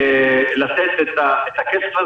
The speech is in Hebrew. לתת את הכסף,